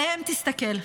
עליהם תסתכל.